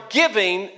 giving